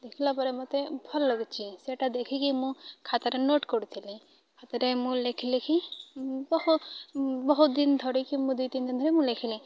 ଦେଖିଲା ପରେ ମୋତେ ଭଲ ଲାଗୁଛି ସେଇଟା ଦେଖିକି ମୁଁ ଖାତାରେ ନୋଟ୍ କରୁଥିଲି ଖାତାରେ ମୁଁ ଲେଖି ଲେଖି ବହୁ ବହୁତ ଦିନ ଧରିିକି ମୁଁ ଦୁଇ ତିନି ଦିନ ଧରି ମୁଁ ଲେଖିଲି